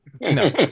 no